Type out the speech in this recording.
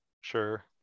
sure